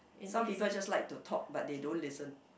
some people just like to talk but they don't listen